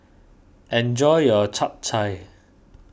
enjoy your Chap Chai